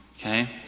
Okay